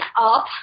up